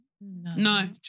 No